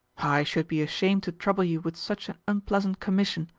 i should be ashamed to trouble you with such an unpleasant commission,